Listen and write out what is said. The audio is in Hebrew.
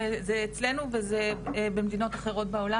וזה אצלנו וזה במדינות אחרות בעולם,